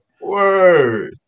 Word